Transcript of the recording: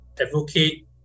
Advocate